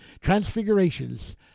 transfigurations